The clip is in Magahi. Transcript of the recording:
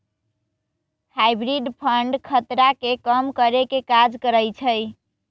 हाइब्रिड फंड खतरा के कम करेके काज करइ छइ